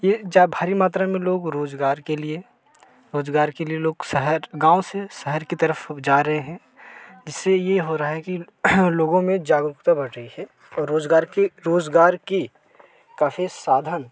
ये जा भारी मात्रा में लोग रोजगार के लिए रोजगार के लिए लोग शहर गाँव से शहर की तरफ जा रहे हैं जिससे ये हो रहा है कि लोगो में जागरूकता बढ़ रही है और रोज़गार की रोज़गार की काफ़ी साधन